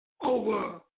over